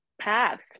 paths